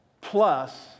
plus